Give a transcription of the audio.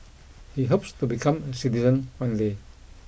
he hopes to become citizen one day